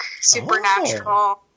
supernatural